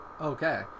Okay